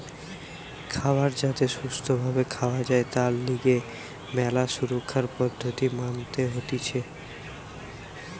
খাবার যাতে সুস্থ ভাবে খাওয়া যায় তার লিগে ম্যালা সুরক্ষার পদ্ধতি মানতে হতিছে